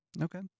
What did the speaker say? Okay